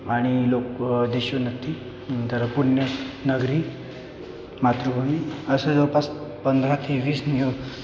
आणि लोकं देशोन्नती नंतर पुण्यनगरी मातृभूमी असं जवळपास पंधरा ते वीस न्यूज